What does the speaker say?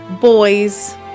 boys